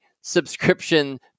subscription